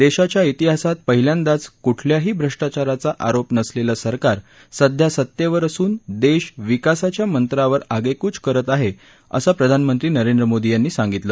देशाच्या तिहासात पहिल्यांदाच कुठल्याही भ्रष्टाचाराचा आरोप नसलेलं सरकार सध्या सत्तेवर असून देश विकासाच्या मंत्रावर आगेकूच करत आहे असं प्रधानमंत्री नरेंद्र मोदी यांनी सांगितलं